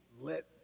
let